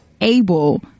able